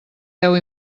deu